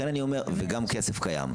וגם כסף קיים.